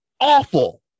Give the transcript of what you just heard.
awful